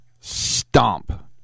stomp